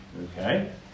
Okay